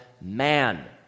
man